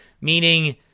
Meaning